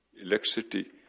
electricity